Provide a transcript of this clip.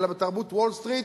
אלא בתרבות וול-סטריט,